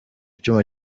icyuma